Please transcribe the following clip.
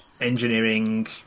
engineering